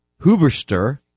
Huberster